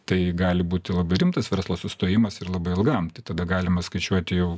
tai gali būti labai rimtas verslo sustojimas ir labai ilgam tada galima skaičiuoti jau